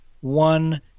one